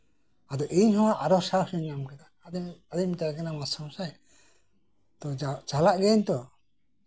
ᱟᱫᱚ ᱤᱧᱦᱸ ᱟᱨᱚ ᱥᱟᱦᱚᱥᱤᱧ ᱧᱟᱢ ᱠᱮᱫᱟ ᱟᱨᱚ ᱟᱫᱚᱧ ᱢᱮᱛᱟᱭ ᱠᱟᱱᱟ ᱢᱟᱥᱴᱟᱨ ᱢᱚᱥᱟᱭ ᱪᱟᱞᱟᱜ ᱠᱟᱱᱟᱧ ᱛᱚ